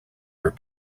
her